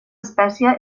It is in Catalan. espècie